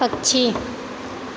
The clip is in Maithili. पक्षी